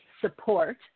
support